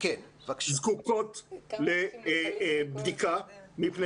-- האוניברסיטאות בישראל זקוקות לבדיקה מפני